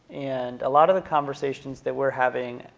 and a lot of the conversations that we're having,